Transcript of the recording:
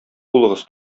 булыгыз